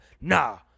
nah